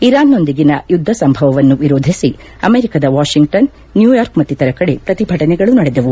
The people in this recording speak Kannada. ಇರಾನ್ನೊಂದಿಗಿನ ಯುದ್ದ ಸಂಭವವನ್ನು ವಿರೋಧಿಸಿ ಅಮೆರಿಕದ ವಾಷಿಂಗ್ಸನ್ ನ್ಯೂಯಾರ್ಕ ಮತ್ತಿತರ ಕದೆ ಪ್ರತಿಭಟನೆಗಳು ನಡೆದವು